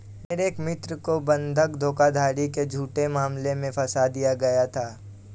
मेरे एक मित्र को बंधक धोखाधड़ी के झूठे मामले में फसा दिया गया था